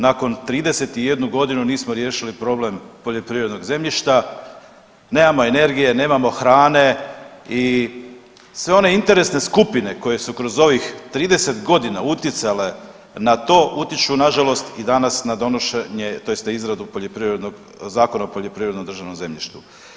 Nakon 31 godinu nismo riješili problem poljoprivrednog zemljišta, nemamo energije, nemamo hrane i sve one interesne skupine koje su kroz ovih 30 godina utjecala na to utječu nažalost i danas na donošenje tj. na izradu poljoprivrednog, Zakona o poljoprivrednom državnom zemljištu.